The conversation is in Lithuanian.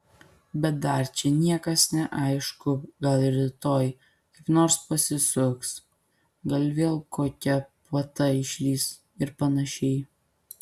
bet dar čia niekas neaišku gal rytoj kaip nors pasisuks gal vėl kokia puota išlįs ir panašiai